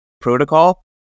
protocol